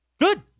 Good